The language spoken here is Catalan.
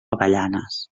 avellanes